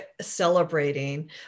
celebrating